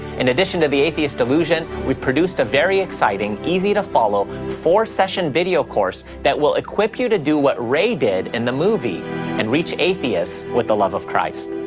in addition to the atheist delusion, we've produced a very exciting, easy-to-follow, four-session video course that will equip you to do what ray did in the movie and reach atheists with the love of christ.